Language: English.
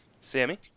Sammy